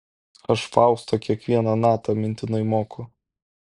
aš fausto kiekvieną natą mintinai moku